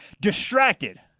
distracted